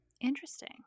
Interesting